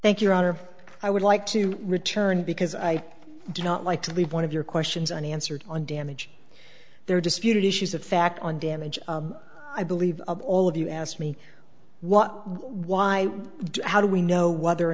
thank you roger i would like to return because i do not like to leave one of your questions unanswered on damage there are disputed issues of fact on damage i believe all of you asked me what why how do we know whether or